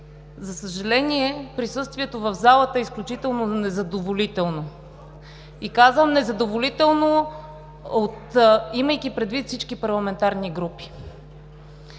за съжаление, присъствието в залата е изключително незадоволително. И казвам незадоволително, имайки предвид всички парламентарни групи.